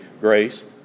Grace